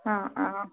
ആ ആ ആ